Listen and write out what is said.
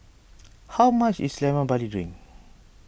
how much is Lemon Barley Drink